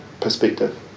perspective